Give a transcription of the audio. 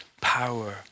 power